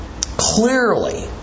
Clearly